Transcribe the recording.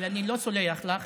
אבל אני לא סולח לך